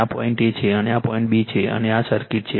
આ point A છે અને આ પોઇન્ટ B છે અને આ સર્કિટ છે